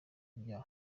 bya